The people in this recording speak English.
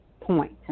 point